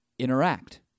interact